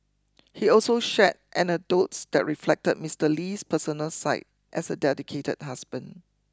he also shared anecdotes that reflected Mister Lee's personal side as a dedicated husband